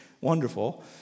Wonderful